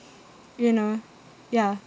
you know ya